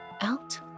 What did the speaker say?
out